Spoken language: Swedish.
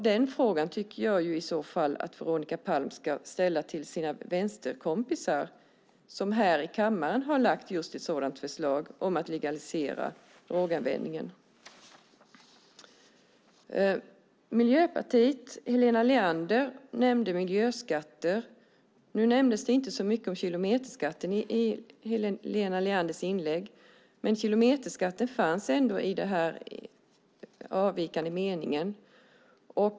Den frågan tycker jag att Veronica Palm ska ställa till sina vänsterkompisar som här i kammaren har lagt fram just ett förslag om att legalisera droganvändning. Miljöpartiets Helena Leander tog upp miljöskatter. Hon nämnde inte så mycket om kilometerskatten i sitt inlägg, men kilometerskatten finns ändå med i den här avvikande meningen.